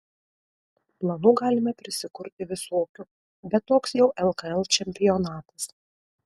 planų galime prisikurti visokių bet toks jau lkl čempionatas